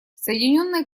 соединенное